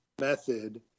method